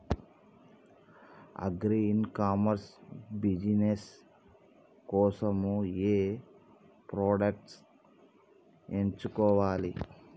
Agri e commerce business కోసము ఏ products ఎంచుకోవాలి?